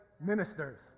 ministers